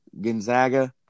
Gonzaga